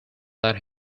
that